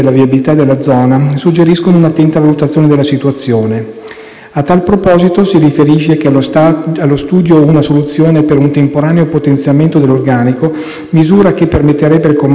A tal proposito, si riferisce che è allo studio una soluzione per il temporaneo potenziamento dell'organico, misura che permetterebbe al comando di Matera di avere sempre la disponibilità di almeno due squadre operative.